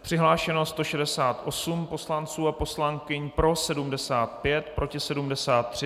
Přihlášeno 168 poslanců a poslankyň, pro 75, proti 73.